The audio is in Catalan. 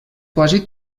quasi